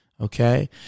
okay